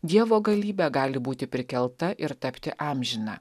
dievo galybe gali būti prikelta ir tapti amžina